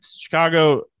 Chicago